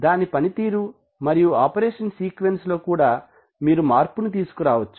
దాని పని తీరు మరియు ఆపరేషన్ సీక్వెన్స్ లో మార్పు తీసుకు రావచ్చు